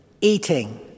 eating